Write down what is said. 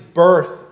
birth